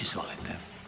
Izvolite.